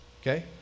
Okay